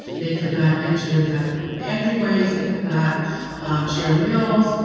they could not enter the entryways. they could not share meals.